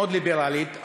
מאוד ליברלית.